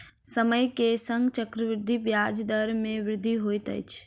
समय के संग चक्रवृद्धि ब्याज दर मे वृद्धि होइत अछि